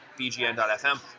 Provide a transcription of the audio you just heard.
bgn.fm